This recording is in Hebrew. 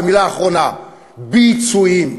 ומילה אחרונה: ביצועים.